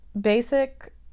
basic